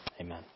Amen